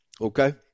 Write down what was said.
Okay